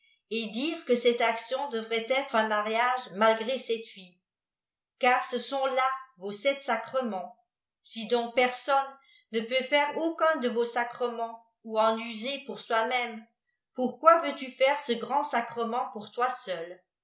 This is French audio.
et dire que cette action devrait être un mariage malgré cette fille car ce sont là vos sept sacrements si donc personne ne peut faire aucun de vos sacrements ou en user pour soi-même pourquoi veux-tu faire ce grand sacrement pour toi seul